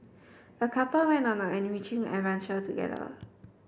the couple went on an enriching adventure together